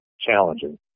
challenging